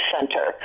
Center